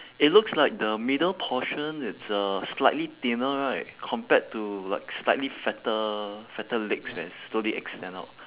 it looks like the middle portion it's uh slightly thinner right compared to like slightly fatter fatter legs where it slowly extend out